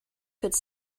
could